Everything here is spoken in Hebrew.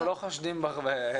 אנחנו לא חושדים בך.